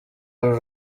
uru